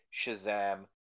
Shazam